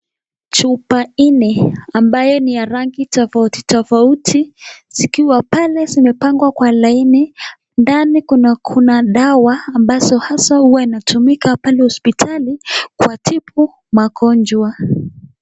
Chupa nne ambayo ni ya rangi tofauti tofauti zikiwa pale zimepangwa kwa laini. Ndani kuna dawa ambazo haswa huwa inatumika pale hospitali kuwatibu magonjwa.